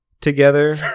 together